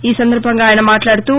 ఈసందర్బంగా ఆయన మాట్లాడుతూ